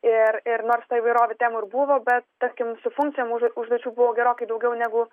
ir ir nors ta įvairovė temų ir buvo bet tarkim su funkcijom už užduočių buvo gerokai daugiau negu